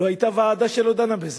לא היתה ועדה שלא דנה בזה,